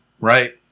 right